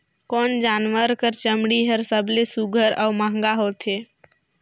कोन जानवर कर चमड़ी हर सबले सुघ्घर और महंगा होथे?